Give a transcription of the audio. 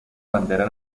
bandera